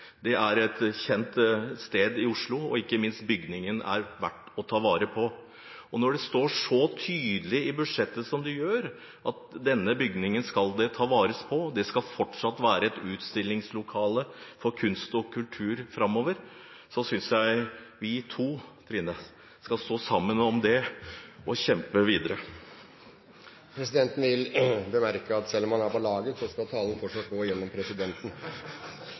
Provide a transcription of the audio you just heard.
den er et kjent sted i Oslo, og ikke minst er bygningen verd å ta vare på. Og når det står så tydelig i budsjettet som det gjør, at denne bygningen skal det tas vare på, den skal fortsatt være et utstillingslokale for kunst og kultur framover, synes jeg vi to, Trine, skal stå sammen om det og kjempe videre. Presidenten vil bemerke at selv om representanten er på laget, skal talen fortsatt gå gjennom presidenten.